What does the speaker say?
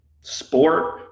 sport